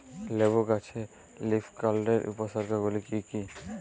লেবু গাছে লীফকার্লের উপসর্গ গুলি কি কী?